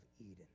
Eden